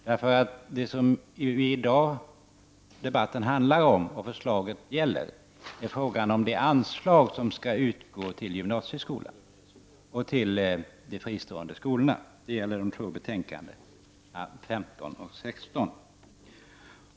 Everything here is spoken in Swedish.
Det som debatten i dag handlar om och som förslaget gäller är frågan om de anslag som skall utgå till gymnasieskolan och till de fristående skolorna. Det gäller betänkandena 15 och 16.